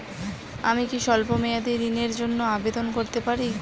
আমি কি স্বল্প মেয়াদি ঋণের জন্যে আবেদন করতে পারি?